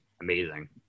amazing